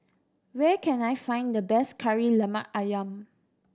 where can I find the best Kari Lemak Ayam